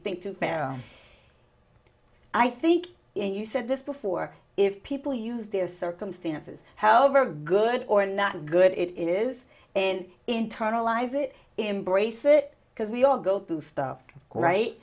think to farrah i think you said this before if people use their circumstances however good or not good it is and internalize it embrace it because we all go through stuff